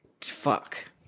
fuck